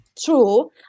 true